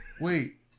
Wait